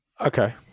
Okay